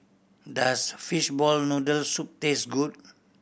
does fishball noodle soup taste good